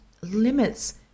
limits